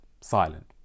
silent